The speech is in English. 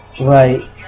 Right